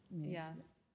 Yes